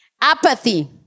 Apathy